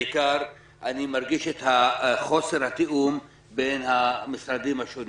בעיקר אני מרגיש את חוסר התיאום בין המשרדים השונים.